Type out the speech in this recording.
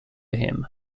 him